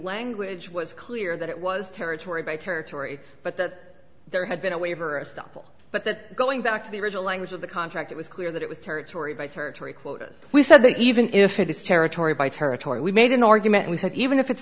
language was clear that it was territory by territory but that there had been a waiver but that going back to the original language of the contract it was clear that it was territory by territory quotas we said that even if it is territory by territory we made an argument we said even if it